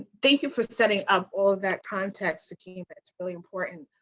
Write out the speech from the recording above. thank you for setting up all that context, takiema. that's really important,